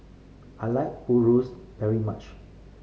I like purus very much